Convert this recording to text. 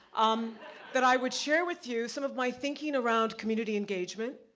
um that i would share with you some of my thinking around community engagement,